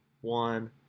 one